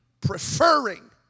preferring